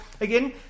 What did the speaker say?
again